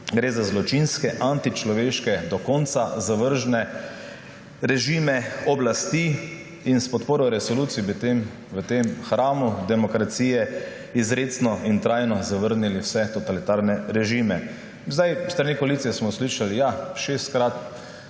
Gre za zločinske, antičloveške, do konca zavržne režime oblasti. S podporo resoluciji bi v tem hramu demokracije izrecno in trajno zavrnili vse totalitarne režime. S strani koalicije smo slišali, ja, šestkrat